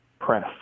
press